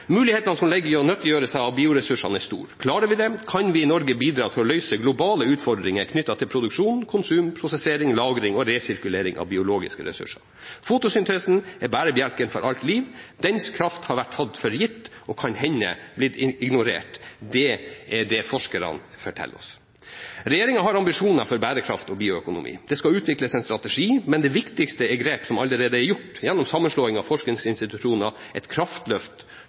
Mulighetene som ligger i å nyttiggjøre seg bioressursene, er store. Klarer vi det, kan vi i Norge bidra til å løse globale utfordringer knyttet til produksjon, konsum, prosessering, lagring og resirkulering av biologiske ressurser. Fotosyntesen er bærebjelken for alt liv. Dens kraft har vært tatt for gitt og kan hende ignorert. Det er det forskerne forteller oss. Regjeringen har ambisjoner for bærekraft og bioøkonomi. Det skal utvikles en strategi, men det viktigste er grep som allerede er gjort, gjennom sammenslåing av forskningsinstitusjoner – et kraftløft